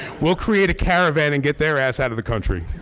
we'll create a caravan and get their ass out of the country